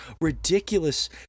ridiculous